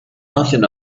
nothing